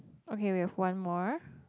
okay we have one more